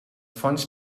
fonts